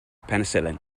penicillin